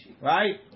right